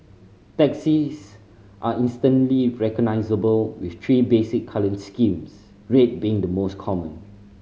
taxis are instantly recognisable with three basic colour schemes red being the most common